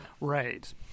right